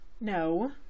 No